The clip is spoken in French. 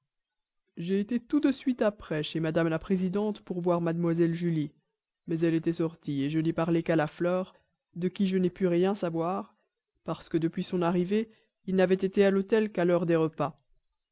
j'ai été tout de suite après chez mme la présidente pour voir mlle julie mais elle était sortie je n'ai parlé qu'à la fleur de qui je n'ai pu rien savoir parce que depuis son arrivée il n'avait été à l'hôtel qu'à l'heure des repas